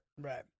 Right